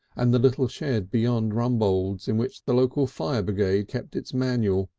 and the little shed beyond rumbold's in which the local fire brigade kept its manual,